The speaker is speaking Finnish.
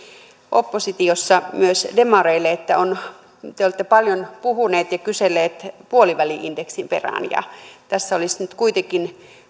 oppositiossa myös demareille että te te olette paljon puhuneet ja kyselleet puoliväli indeksin perään tässä olisi nyt kuitenkin